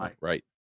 Right